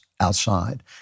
outside